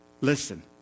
Listen